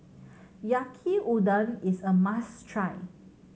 Yaki Udon is a must try